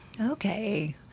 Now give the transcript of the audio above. Okay